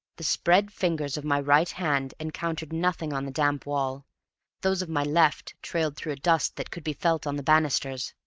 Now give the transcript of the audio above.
the spread fingers of my right hand encountered nothing on the damp wall those of my left trailed through a dust that could be felt on the banisters.